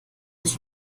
dich